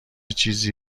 چیزی